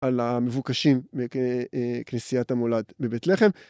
על המבוקשים בכנסיית המולד בבית לחם.